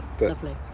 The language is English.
lovely